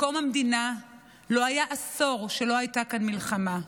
מקום המדינה לא היה עשור שלא הייתה כאן מלחמה.